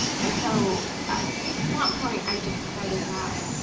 and so at that point i just decided that